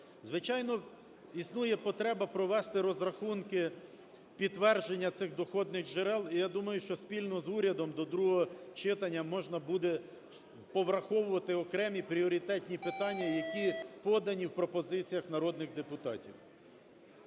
Звичайно, існує потреба провести розрахунки, підтвердження цих доходних джерел, і я думаю, що спільно з урядом до другого читання можна буде повраховувати окремі пріоритетні питання, які подані в пропозиціях народних депутатів.